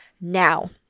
Now